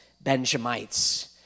Benjamites